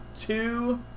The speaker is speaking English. two